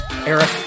Eric